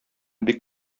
бик